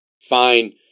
fine